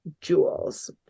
jewels